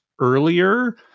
earlier